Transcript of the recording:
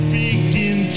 begin